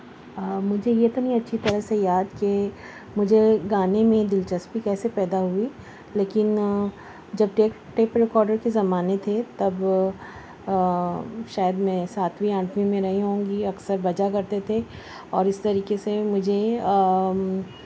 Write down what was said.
مجھے یہ تو نہیں اچھی طرح سے یاد کہ مجھے گانے میں دلچسپی کیسے پیدا ہوئی لیکن جب ٹیپ ٹیپ ریکارڈر کے زمانے تھے تب شاید میں ساتویں یا آٹھویں میں رہی ہوں گی اکثر بجا کرتے تھے اور اس طریقے سے مجھے